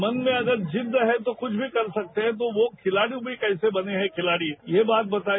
मन में अगर जिद्द है तो कुछ भी कर सकते हैं तो वो खिलाड़ी भी कैसे बने हैं खिलाड़ी ये बात बताई